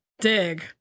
dig